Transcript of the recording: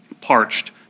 parched